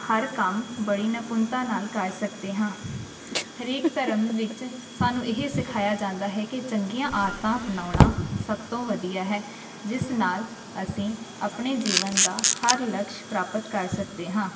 ਹਰ ਕੰਮ ਬੜੀ ਨਿਪੁੰਨਤਾ ਨਾਲ ਕਰ ਸਕਦੇ ਹਾਂ ਹਰੇਕ ਧਰਮ ਵਿੱਚ ਸਾਨੂੰ ਇਹ ਸਿਖਾਇਆ ਜਾਂਦਾ ਹੈ ਕਿ ਚੰਗੀਆਂ ਆਦਤਾਂ ਅਪਣਾਉਣਾ ਸਭ ਤੋਂ ਵਧੀਆ ਹੈ ਜਿਸ ਨਾਲ ਅਸੀਂ ਆਪਣੇ ਜੀਵਨ ਦਾ ਹਰ ਲਕਸ਼ ਪ੍ਰਾਪਤ ਕਰ ਸਕਦੇ ਹਾਂ